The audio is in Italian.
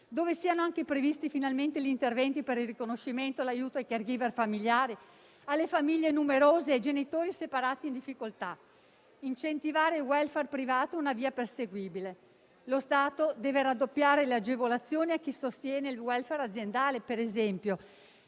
dove siano anche previsti finalmente gli interventi per il riconoscimento e l'aiuto ai *caregiver* familiari, alle famiglie numerose e ai genitori separati e in difficoltà. Incentivare il *welfare* privato è una via perseguibile; lo Stato deve raddoppiare le agevolazioni a chi sostiene, ad esempio,